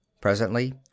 Presently